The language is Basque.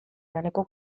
laneko